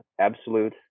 absolute